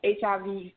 HIV